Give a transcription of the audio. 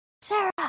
Sarah